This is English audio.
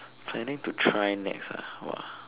finding to try next ah !wah!